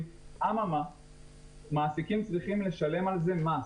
אבל מעסיקים צריכים לשלם על זה מס.